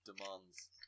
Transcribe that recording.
demands